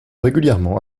régulièrement